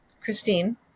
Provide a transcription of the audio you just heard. Christine